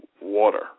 water